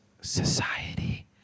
society